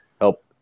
help